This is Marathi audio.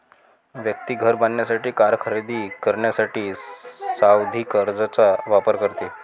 व्यक्ती घर बांधण्यासाठी, कार खरेदी करण्यासाठी सावधि कर्जचा वापर करते